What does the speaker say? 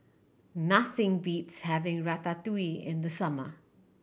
nothing beats having Ratatouille in the summer